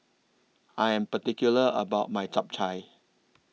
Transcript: I Am particular about My Chap Chai